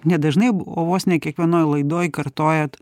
ne dažnai o vos ne kiekvienoj laidoj kartojat